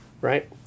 right